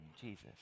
Jesus